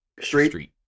street